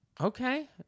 Okay